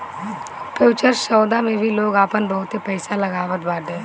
futures सौदा मे भी लोग आपन बहुते पईसा लगावत बाटे